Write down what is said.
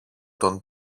τον